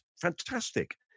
fantastic